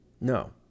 No